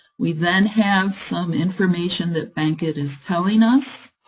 we then have some information that bankit is telling us,